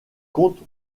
compte